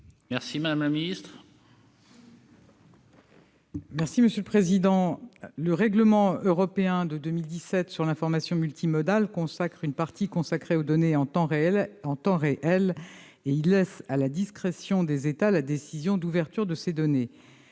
Quel est l'avis du Gouvernement ? Le règlement européen de 2017 sur l'information multimodale contient une partie consacrée aux données en temps réel et laisse à la discrétion des États la décision d'ouverture de ces données.